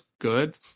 good